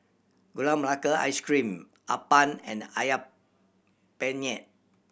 Gula Melaka Ice Cream appam and Ayam Penyet